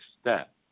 step